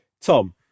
Tom